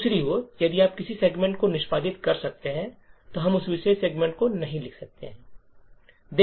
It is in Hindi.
दूसरी ओर यदि आप किसी सेगमेंट को निष्पादित कर सकते हैं तो हम उस विशेष सेगमेंट को नहीं लिख सकते हैं